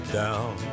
down